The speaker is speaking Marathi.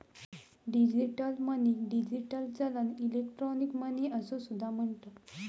डिजिटल मनीक डिजिटल चलन, इलेक्ट्रॉनिक मनी असो सुद्धा म्हणतत